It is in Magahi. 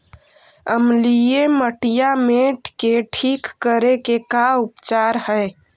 अमलिय मटियामेट के ठिक करे के का उपचार है?